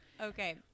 Okay